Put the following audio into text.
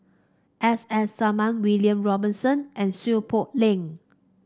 S S Sarma William Robinson and Seow Poh Leng